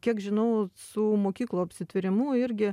kiek žinau su mokyklų apsitvėrimu irgi